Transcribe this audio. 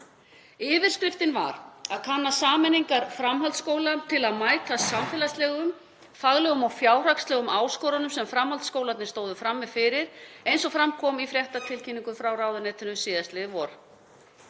Yfirskriftin var að kanna sameiningar framhaldsskóla til að mæta samfélagslegum, faglegum og fjárhagslegum áskorunum sem framhaldsskólarnir stóðu frammi fyrir, eins og fram kom í fréttatilkynningu frá ráðuneytinu síðastliðið vor.